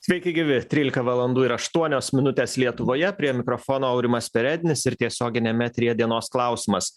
sveiki gyvi trylika valandų ir aštuonios minutės lietuvoje prie mikrofono aurimas perednis ir tiesioginiame eteryje dienos klausimas